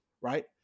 right